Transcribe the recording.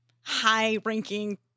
high-ranking